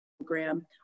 program